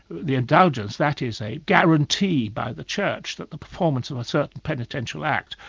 the indulgence, that is a guarantee by the church that the performance of a certain penitential act,